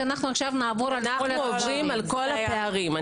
נסקור את כל הפערים.